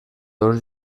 dos